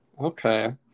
Okay